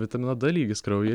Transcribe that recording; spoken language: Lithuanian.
vitamino d lygis kraujy